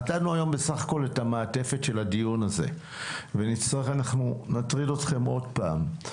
נתנו היום בסך הכול את המעטפת של הדיון ואנחנו נטריד אתכם עוד פעם.